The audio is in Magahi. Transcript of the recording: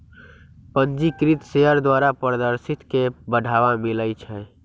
पंजीकृत शेयर द्वारा पारदर्शिता के बढ़ाबा मिलइ छै